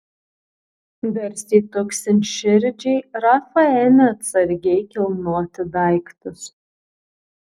garsiai tuksint širdžiai rafa ėmė atsargiai kilnoti daiktus